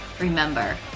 remember